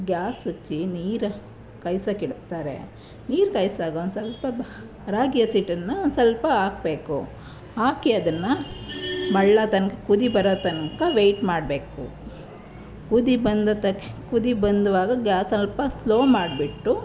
gas ಹಚ್ಚಿ ನೀರು ಕಾಯ್ಸೋಕೆ ಇಡ್ತಾರೆ ನೀರು ಕಾಯಿಸ್ದಾಗ ಒಂದು ಸ್ವಲ್ಪ ರಾಗಿ ಹಸಿಟ್ಟನ್ನ ಒಂದು ಸ್ವಲ್ಪ ಹಾಕ್ಬೇಕು ಹಾಕಿ ಅದನ್ನು ಮಳ್ಳೊ ತನಕ ಕುದಿ ಬರೋ ತನಕ ವೇಯ್ಟ್ ಮಾಡಬೇಕು ಕುದಿ ಬಂದ ತಕ್ಷ ಕುದಿ ಬಂದಾಗ ಗ್ಯಾಸ್ ಸ್ವಲ್ಪ ಸ್ಲೋ ಮಾಡಿಬಿಟ್ಟು